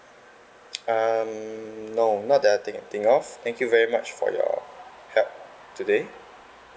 um no not that I think think of thank you very much for your help today